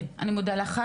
אני מודה לך.